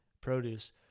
produce